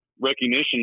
recognition